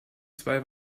zwei